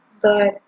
Good